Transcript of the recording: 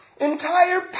entire